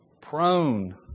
prone